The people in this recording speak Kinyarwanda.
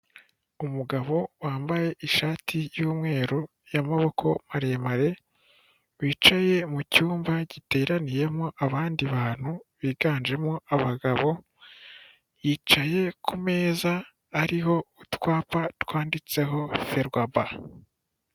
Umugabo wambaye ishati y'umweru, y'amaboko maremare, wicaye mu cyumba giteraniyemo abandi bantu biganjemo abagabo, yicaye kumeza ariho utwapa twanditseho ferwaba.